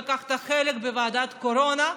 לקחת חלק בוועדת קורונה,